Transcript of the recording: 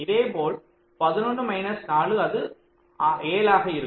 இதேபோல் 11 மைனஸ் 4 அது 7 ஆக இருக்கும்